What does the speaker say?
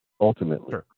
ultimately